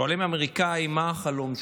שואלים אמריקאי: מה החלום שלך?